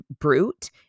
brute